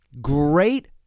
great